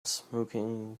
smoking